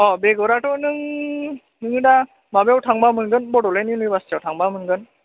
बेगराथ' नों नोङो दा माबायाव थांबा मोनगोन बड'लेण्ड इउनिभार्सिटिआव थांबा मोनगोन